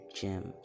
Gems